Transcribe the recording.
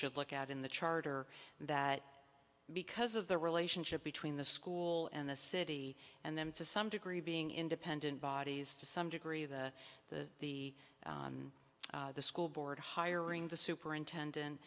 should look at in the charter that because of the relationship between the school and the city and them to some degree being independent bodies to some degree the the the school board hiring the superintendent